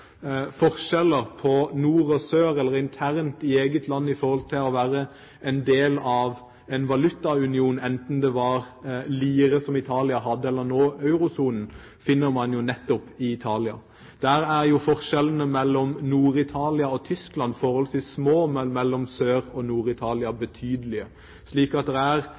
forskjeller på nord og sør internt i eget land i forhold til å være en del av en valutaunion, er Italia – enten det er lire, som Italia hadde, eller nå euro. Forskjellene mellom Nord-Italia og Tyskland er forholdsvis små, men mellom Sør-Italia og Nord-Italia betydelige, slik at det er